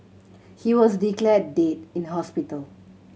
he was declared dead in hospital